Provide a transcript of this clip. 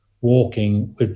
walking